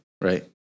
right